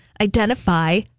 identify